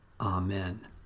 Amen